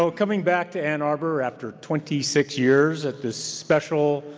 so coming back to ann arbor after twenty six years at this special,